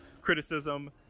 criticism